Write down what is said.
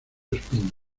espino